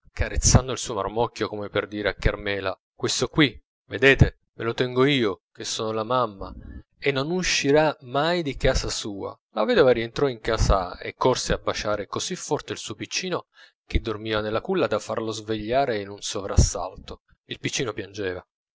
carezzando il suo marmocchio come per dire a carmela questo qui vedete me lo tengo io che sono la mamma e non uscirà mai di casa sua la vedova rientrò in casa e corse a baciare così forte il suo piccino che dormiva nella culla da farlo svegliare in un sovrassalto il piccino piangeva